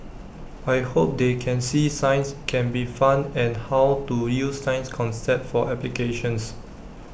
I hope they can see science can be fun and how to use science concepts for applications